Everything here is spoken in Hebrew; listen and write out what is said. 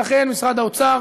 ולכן משרד האוצר